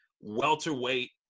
welterweight